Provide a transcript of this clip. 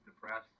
depressed